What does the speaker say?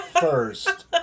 first